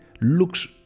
looks